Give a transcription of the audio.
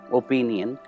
opinion